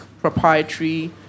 proprietary